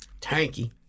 tanky